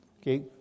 Okay